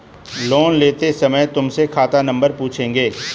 loan लेते समय तुमसे खाता नंबर पूछेंगे